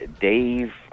Dave